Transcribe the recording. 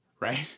Right